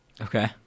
Okay